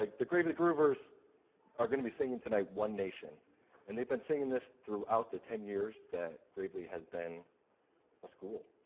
like the gravely goovers are gonna be singing tonight one nation and they've been singing this throughout the ten years that gravely has been a school,